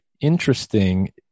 interesting